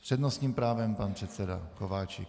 S přednostním právem pan předseda Kováčik.